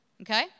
okay